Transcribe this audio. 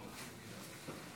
ברשות יושב-ראש